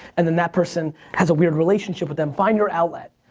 and and that person has a weird relationship them. find your outlet.